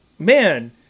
Man